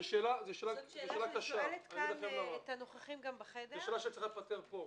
זו שאלה שצריכה להיפתר פה,